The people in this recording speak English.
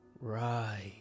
Right